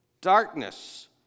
Darkness